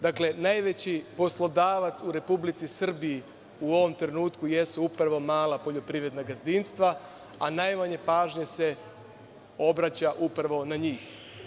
Dakle, najveći poslodavac u Republici Srbiji jesu upravo mala poljoprivredna gazdinstva, a najmanje pažnje se obraća upravo na njih.